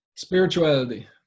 Spirituality